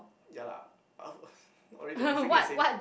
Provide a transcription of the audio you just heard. ya lah I I I think is same